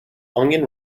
onion